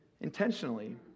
intentionally